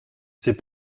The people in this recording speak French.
c’est